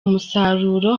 umusaruro